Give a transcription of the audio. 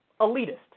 elitist